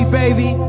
baby